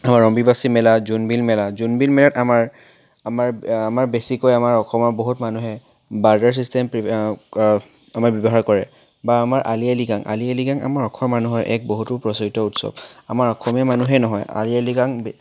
অম্বুবাচী মেলা জোনবিল মেলা জোনবিল মেলাত আমাৰ আমাৰ বেছিকৈ আমাৰ অসমৰ বহুত মানুহে বাৰ্টাৰ ছিষ্টেম পি আমাৰ ব্যৱহাৰ কৰে বা আমাৰ আলি আই লৃগাং আলি আই লৃগাং আমাৰ অসমৰ মানুহৰে এক বহুতো প্ৰচলিত উৎসৱ আমাৰ অসমীয়া মানুহেই নহয় আলি আই লৃগাং